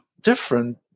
different